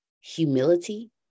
humility